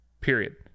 Period